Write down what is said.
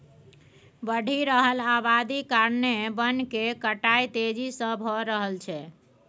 बढ़ि रहल अबादी कारणेँ बन केर कटाई तेजी से भए रहल छै